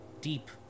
deep